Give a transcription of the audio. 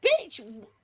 bitch